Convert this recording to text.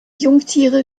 jungtiere